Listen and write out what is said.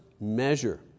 measure